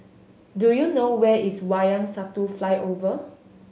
do you know where is Wayang Satu Flyover